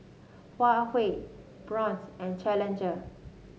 Huawei Braun and Challenger